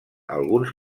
alguns